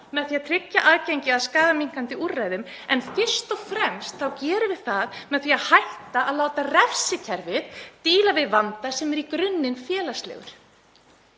með því að tryggja aðgengi að skaðaminnkandi úrræðum en fyrst og fremst þá gerum við það með því að hætta að láta refsikerfið díla við vanda sem er í grunninn félagslegur.